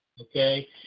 okay